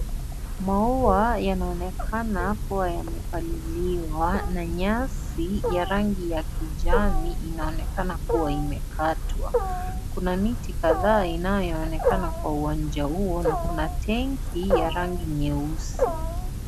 Maua yanaonekana kuwa yamepaliliwa na nyasi ya rangi ya kijani inaonekana kuwa imekatwa , kuna miti kadhaa inayoonekana kwa uwanja huo na kuna tenki ya rangi nyeusi.